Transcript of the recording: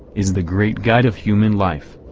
is the great guide of human life.